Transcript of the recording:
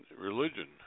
religion